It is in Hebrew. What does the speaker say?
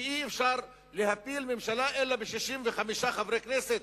שאי-אפשר להפיל ממשלה אלא ב-65 חברי כנסת,